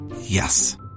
Yes